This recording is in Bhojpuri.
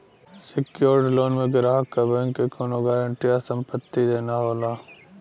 सेक्योर्ड लोन में ग्राहक क बैंक के कउनो गारंटी या संपत्ति देना होला